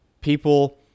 People